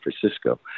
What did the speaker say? Francisco